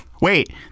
wait